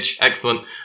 excellent